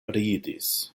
ridis